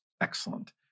Excellent